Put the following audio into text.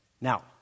Now